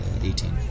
Eighteen